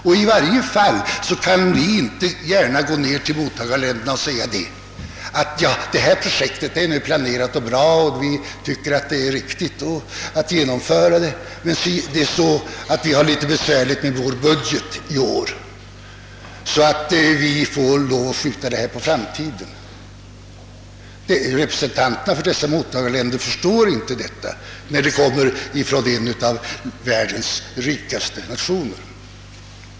Och i varje fall kan vi inte gärna gå till mottagarländerna och säga: »Detta projekt är nu planerat och vi tycker det är riktigt att genomföra det, men vi har i Sverige vissa besvär med vår budget i år, så vi måste skjuta projektet på framtiden.» Representanterna för mottagarländerna förstår inte sådana uttalanden, när de görs från en av världens rikaste nationer.